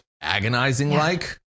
agonizing-like